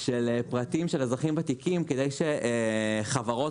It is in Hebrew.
כן חושבת שכדי שחברות